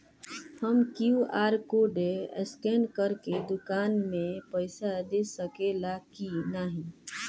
हम QR code scan करके दुकान में पईसा दे सकेला की नाहीं?